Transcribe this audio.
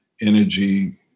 energy